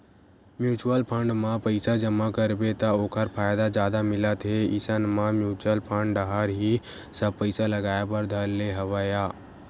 mutual fund म पइसा जमा करबे त ओखर फायदा जादा मिलत हे इसन म म्युचुअल फंड डाहर ही सब पइसा लगाय बर धर ले हवया